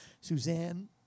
Suzanne